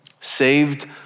Saved